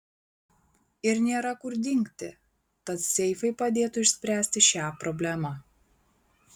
ir nėra kur dingti tad seifai padėtų išspręsti šią problemą